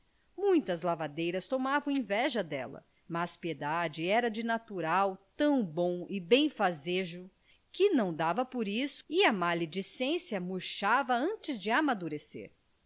muitas lavadeiras tomavam inveja dela mas piedade era de natural tão bom e benfazejo que não deva por isso e a maledicência murchava antes de amadurecer